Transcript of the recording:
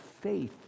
faith